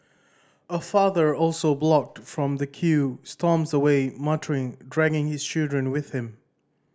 a father also blocked from the queue storms away muttering dragging his children with him